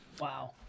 Wow